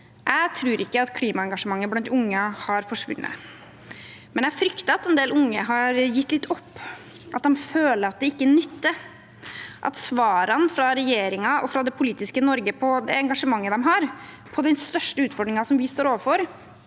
Jeg tror ikke at klimaengasjementet blant unge har forsvunnet, men jeg frykter at en del unge har gitt litt opp, at de føler at det ikke nytter, at svarene fra regjeringen og fra det politiske Norge på det engasjementet de unge har for den største utfordringen som vi står overfor,